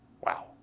Wow